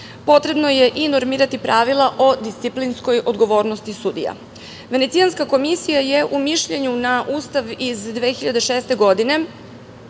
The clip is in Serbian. Potrebno je i normirati pravila o disciplinskoj odgovornosti sudija. Venecijanska komisija je u mišljenju na Ustav iz 2006. godine